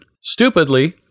Stupidly